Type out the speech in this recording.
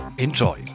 Enjoy